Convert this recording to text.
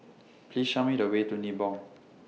Please Show Me The Way to Nibong